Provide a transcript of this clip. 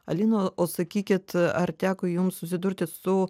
alina o sakykit ar teko jums susidurti su